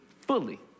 fully